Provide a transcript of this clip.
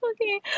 Okay